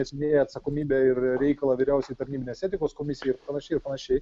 esmė atsakomybę ir reikalą vyriausiai tarnybinės etikos komisijai panašiai ir panašiai